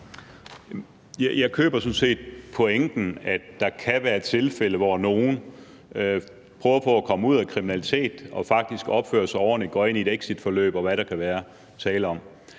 sådan set pointen, nemlig at der kan være tilfælde, hvor nogle prøver på at komme ud af kriminalitet og faktisk opfører sig ordentligt og går ind i et exitforløb, og hvad der kan være tale om.